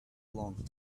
long